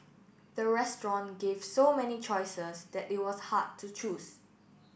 the restaurant gave so many choices that it was hard to choose